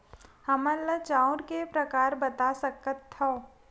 हमन ला चांउर के प्रकार बता सकत हव?